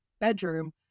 bedroom